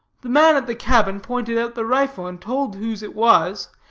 the man at the cabin pointed out the rifle, and told whose it was,